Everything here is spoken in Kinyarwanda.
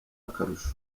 akarusho